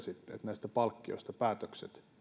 näistä palkkioista päätökset